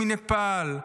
מנפאל,